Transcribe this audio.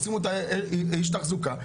עושים אותה איש תחזוקה,